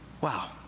Wow